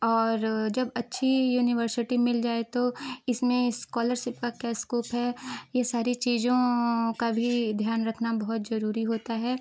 और जब अच्छी यूनिवर्शटी मिल जाए तो इसमें इस्कॉलरसिप का क्या इस्कोप है यह सारी चीज़ों का भी ध्यान रखना बहुत ज़रूरी होता है